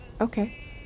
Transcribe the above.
Okay